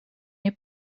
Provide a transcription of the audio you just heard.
ней